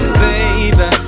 baby